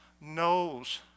knows